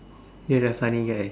you are a funny guy